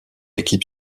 équipe